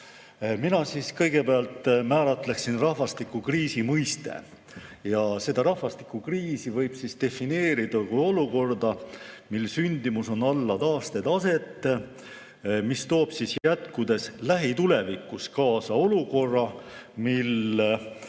Mina kõigepealt määratleksin rahvastikukriisi mõiste. Rahvastikukriisi võib defineerida kui olukorda, kus sündimus on alla taastetaset, mis toob jätkudes lähitulevikus kaasa olukorra, kus